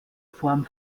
form